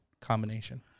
combination